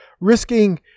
risking